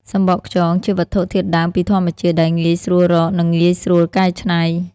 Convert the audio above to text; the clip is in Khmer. សំបកខ្យងជាវត្ថុធាតុដើមពីធម្មជាតិ ដែលងាយស្រួលរក និងងាយស្រួលកែច្នៃ។